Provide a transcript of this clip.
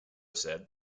said